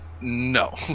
No